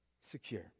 secure